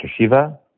Shiva